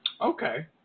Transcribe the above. Okay